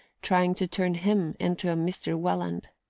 trying to turn him into a mr. welland.